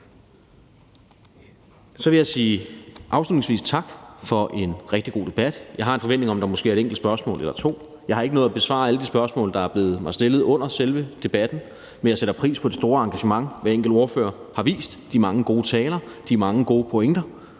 Så vil jeg afslutningsvis sige tak for en rigtig god debat, og jeg har en forventning om, at der måske er et enkelt spørgsmål eller to. Jeg har ikke nået at besvare alle de spørgsmål, der er blevet stillet mig under selve debatten, men jeg sætter pris på det store engagement, hver enkelt ordfører har vist, de mange gode taler, de mange gode pointer